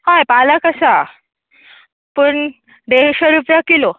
हय पालक आसा पूण देडशें रुपया किलो